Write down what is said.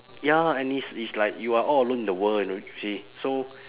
ya and it's it's like you are all alone in the world see so